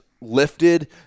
lifted